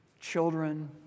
Children